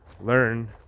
learn